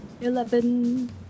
Eleven